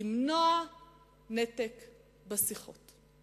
"למנוע נתק בשיחות".